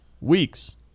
weeks